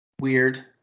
weird